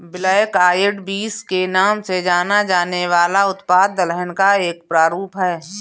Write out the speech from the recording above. black eyed beans के नाम से जाना जाने वाला उत्पाद दलहन का एक प्रारूप है